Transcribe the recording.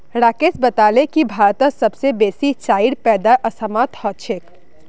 राकेश बताले की भारतत सबस बेसी चाईर पैदा असामत ह छेक